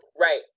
right